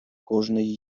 кожний